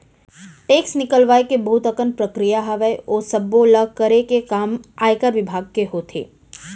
tax निकलवाय के बहुत अकन प्रक्रिया हावय, ओ सब्बो ल करे के काम आयकर बिभाग के होथे